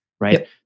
right